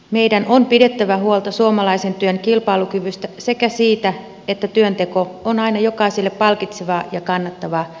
meidän on pidettävä huolta suomalaisen työn kilpailukyvystä sekä siitä että työnteko on aina jokaiselle palkitsevaa ja kannattavaa